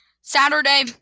Saturday